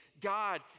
God